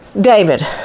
David